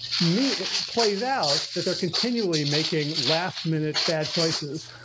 me plays out that they're continually making last minute bad choices,